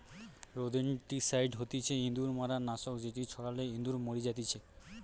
rodenticide হতিছে ইঁদুর মারার নাশক যেটি ছড়ালে ইঁদুর মরি জাতিচে